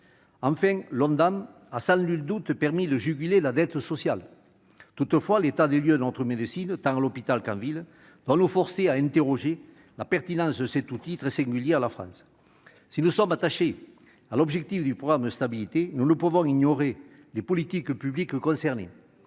(Ondam) a sans nul doute permis de juguler la dette sociale. Toutefois, l'état de notre médecine, tant à l'hôpital qu'en ville, doit nous forcer à interroger la pertinence de cet outil très singulier à la France. Si nous sommes attachés à l'objectif du programme de stabilité, nous ne pouvons ignorer les politiques publiques concernées.